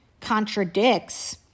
contradicts